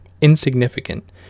insignificant